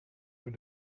voor